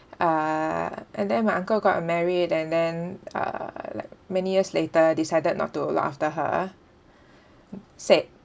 uh and then my uncle got married and then uh like many years later decided not to look after her said